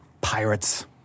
pirates